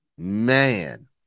Man